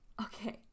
Okay